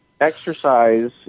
exercise